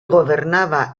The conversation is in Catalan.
governava